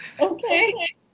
Okay